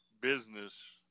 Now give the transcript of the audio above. business